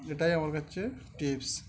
এটাই আমার কাছে টিপস